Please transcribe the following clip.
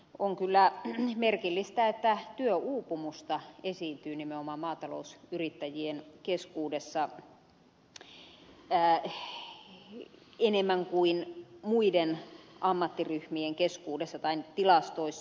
on kyllä merkillistä että työuupumusta esiintyy nimenomaan maatalousyrittäjien keskuudessa enemmän kuin muiden ammattiryhmien keskuudessa tai tilastoissa